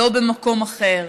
לא במקום אחר,